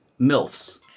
MILFs